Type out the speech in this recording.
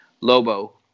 Lobo